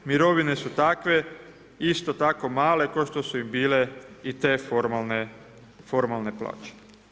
Mirovine su takve, isto tako male kao što su i bile i te formalne plaće.